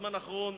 בזמן האחרון,